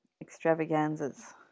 extravaganzas